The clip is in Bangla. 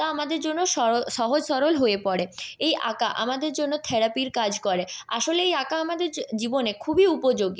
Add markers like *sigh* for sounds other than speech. তা আমাদের জন্য *unintelligible* সহজ সরল হয়ে পড়ে এই আঁকা আমাদের জন্য থেরাপির কাজ করে আসলে এই আঁকা আমাদের জীবনে খুবই উপযোগী